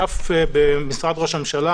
אגף במשרד ראש הממשלה